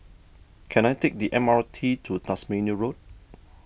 can I take the M R T to Tasmania Road